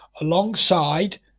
alongside